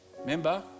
Remember